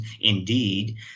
indeed